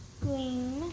green